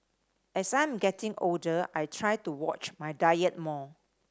as I'm getting older I try to watch my diet more